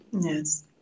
Yes